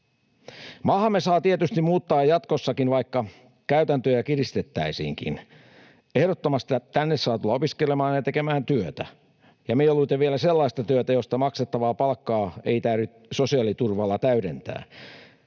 Maahamme saa tietysti muuttaa jatkossakin, vaikka käytäntöjä kiristettäisiinkin. Ehdottomasti tänne saa tulla opiskelemaan ja tekemään työtä, ja mieluiten vielä sellaista työtä, josta maksettavaa palkkaa ei täydy sosiaaliturvalla täydentää.